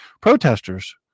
protesters